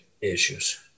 issues